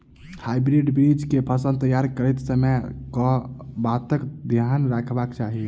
Hybrid बीज केँ फसल तैयार करैत समय कऽ बातक ध्यान रखबाक चाहि?